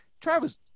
Travis